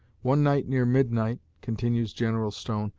one night near midnight, continues general stone,